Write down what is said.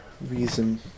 reason